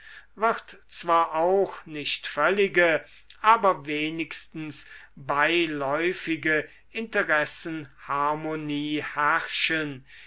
wird zwar auch nicht völlige aber wenigstens beiläufige interessenharmonie herrschen